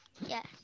yes